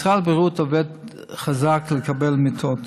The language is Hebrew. משרד הבריאות עובד חזק לקבל מיטות.